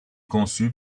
conçu